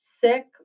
sick